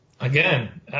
Again